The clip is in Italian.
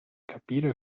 capire